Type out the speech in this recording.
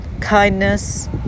kindness